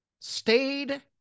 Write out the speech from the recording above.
stayed